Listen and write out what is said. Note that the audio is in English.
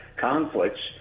conflicts